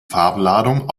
farbladung